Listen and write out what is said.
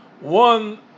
One